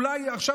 אולי עכשיו,